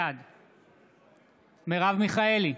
בעד מרב מיכאלי,